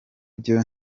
byo